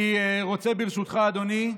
אני רוצה, ברשותך, אדוני,